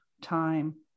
time